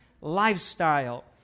lifestyle